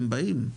הם באים.